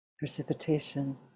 Precipitation